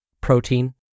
protein